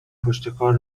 پشتکار